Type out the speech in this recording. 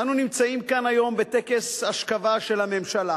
אנו נמצאים כאן היום בטקס אשכבה של הממשלה,